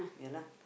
ya lah